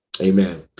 Amen